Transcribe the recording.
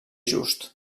just